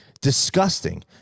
disgusting